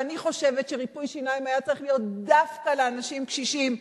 ואני חושבת שריפוי שיניים היה צריך להיות דווקא לאנשים קשישים,